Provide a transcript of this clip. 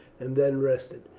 and then rested,